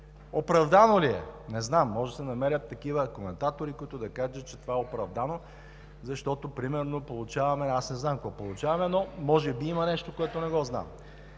оправдано ли е? Не знам. Може да се намерят такива коментатори, които да кажат, че това е оправдано, защото примерно получаваме… Аз не знам какво получаваме, но може да има нещо, което не го знам.